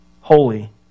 holy